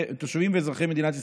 תושבים ואזרחי מדינת ישראל,